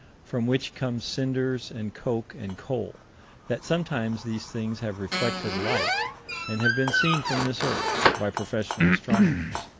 from which come ciders and coke and coal that sometimes these things have reflected light and have been seen from this earth by professional astronomers.